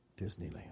Disneyland